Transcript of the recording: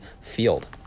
field